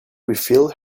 refilled